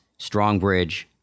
StrongBridge